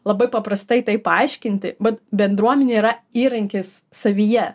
labai paprastai tai paaiškinti bet bendruomenė yra įrankis savyje